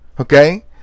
okay